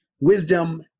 wisdom